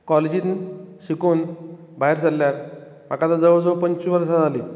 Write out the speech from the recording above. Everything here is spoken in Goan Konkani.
कॉलेजींत शिकून भायर सरल्यार आतां जवळ जवळ पंचवीस वर्सां जालीं